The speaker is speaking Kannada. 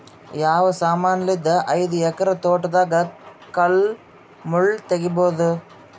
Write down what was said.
ಯಾವ ಸಮಾನಲಿದ್ದ ಐದು ಎಕರ ತೋಟದಾಗ ಕಲ್ ಮುಳ್ ತಗಿಬೊದ?